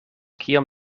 kiom